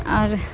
اور